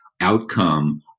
outcome